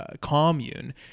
commune